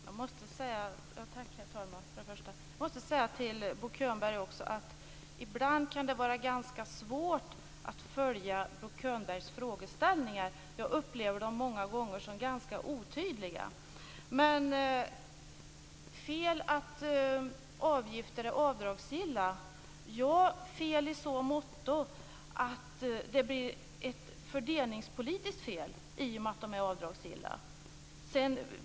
Herr talman! Jag måste säga till Bo Könberg att det ibland kan vara ganska svårt att följa hans frågeställningar. Jag upplever dem många gånger som ganska otydliga. När det gäller frågan om det är fel att avgifter är avdragsgilla vill jag säga: ja, det är det i så måtto att det blir ett fördelningspolitiskt fel i och med att de är avdragsgilla.